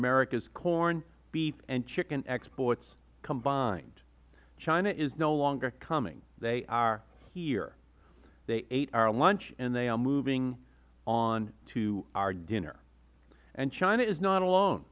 america's corn beef and chicken exports combined china is no longer coming they are here they ate our lunch and they are moving on to our dinner and china is not alone